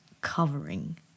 covering